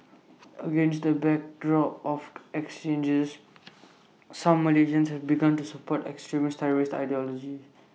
against the backdrop of exchanges some Malaysians have begun to support extremist terrorist ideology